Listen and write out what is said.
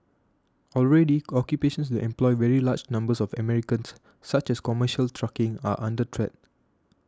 already occupations that employ very large numbers of Americans such as commercial trucking are under threat